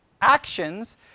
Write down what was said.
actions